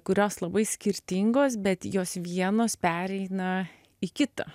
kurios labai skirtingos bet jos vienos pereina į kitą